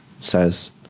says